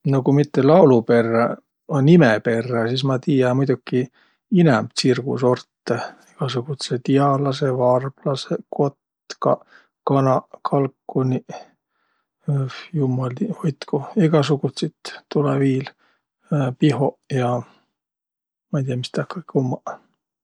No ku mitte laulu perrä, a nime perrä, sis ma tiiä muidoki inämb tsirgusortõ. Egäsugudsõq tialasõq, varblasõq, kotkaq, kanaq, kalkuniq, õh, jummal hoitkuq. Egäsugutsit tulõ viil. Pihoq ja ma'i tiiäq miä tah kõik ummaq.